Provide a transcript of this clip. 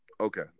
okay